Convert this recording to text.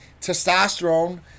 testosterone